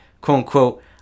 quote-unquote